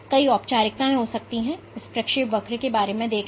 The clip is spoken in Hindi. इसलिए कई औपचारिकताएं हो सकती हैं यहां केवल इस प्रक्षेपवक्र के बारे में सोचें